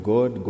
God